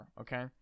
okay